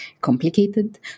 complicated